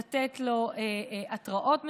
לתת לו התראות מסוימות,